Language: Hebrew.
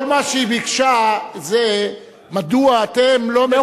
כל מה שהיא ביקשה זה מדוע אתם לא מגנים,